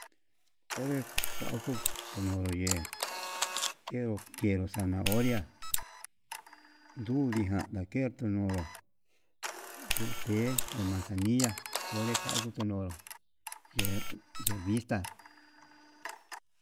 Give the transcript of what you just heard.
Onre kauju teñoye kenro kero zanahoria, ndunijan ndake tuñonro té de manazanilla onre kangu tunonro ye'e yevixta.